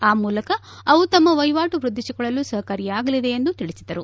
ಆ ಮೂಲಕ ಅವು ತಮ್ಮ ವಹಿವಾಟು ವ್ಯದ್ವಿಸಿಕೊಳ್ಳಲು ಸಹಕಾರಿಯಾಗಲಿದೆ ಎಂದು ತಿಳಿಸಿದರು